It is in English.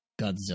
Godzilla